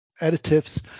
additives